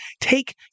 take